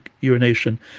urination